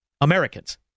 Americans